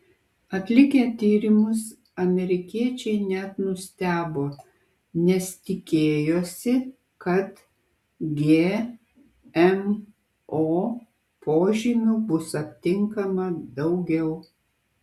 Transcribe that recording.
atlikę tyrimus amerikiečiai net nustebo nes tikėjosi kad gmo požymių bus aptinkama daugiau